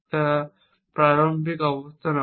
তা প্রারম্ভিক অবস্থার অংশ